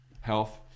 Health